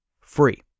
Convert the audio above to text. Free